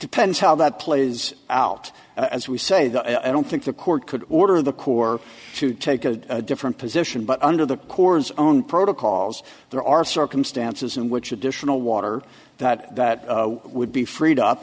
depends how that plays out as we say that i don't think the court could order the corps to take a different position but under the corps own protocols there are circumstances in which additional water that that would be free